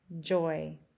joy